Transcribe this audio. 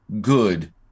good